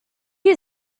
you